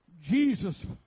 Jesus